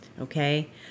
Okay